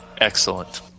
excellent